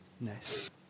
Nice